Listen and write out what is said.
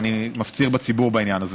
אז אני מפציר בציבור בעניין הזה.